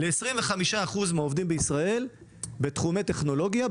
25% מהעובדים בישראל יהיו בתחומי טכנולוגיה,